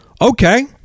Okay